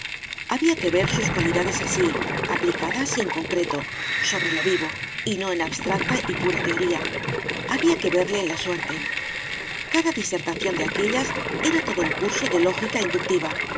había que ver sus cualidades así aplicadas y en concreto sobre lo vivo y no en abstracta y pura teoría había que verle en la suerte cada disertación de aquéllas era todo un curso de lógica inductiva